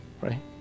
Right